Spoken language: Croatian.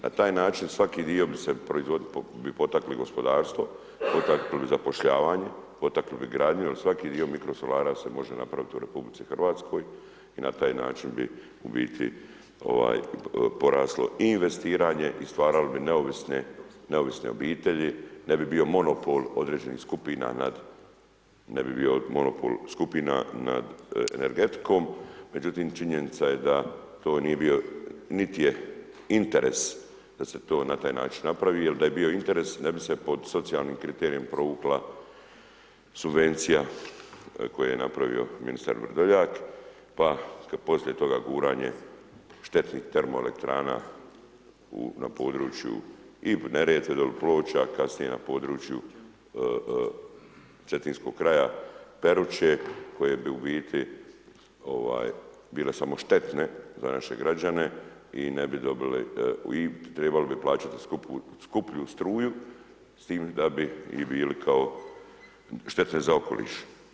Na taj način svaki dio bi potakli gospodarstvo, potakli bi zapošljavanje, potakli bi gradnju jer svaki dio mikrosolara se može napraviti u RH i na taj način bi u biti poraslo i investiranje i stvarali bi neovisne obitelji da bi bio monopol određenih skupina nad, ne bi bio monopol skupina nad energetikom međutim činjenica je da to nije bio niti je interes da se to na taj način napravi jer da je bio interes, ne bi se pod socijalnim kriterijem provukla subvencija koju je napravio ministar Vrdoljak pa ... poslije toga guranje štetnih termoelektrana na području i Neretve, dal' Ploča, kasnije na području cetinskog kraja, Peruče, koje bi i ubiti bile samo štetne za naše građane i trebali bi plaćati skuplju struju s tim da bi i bile kao štetne za okoliš.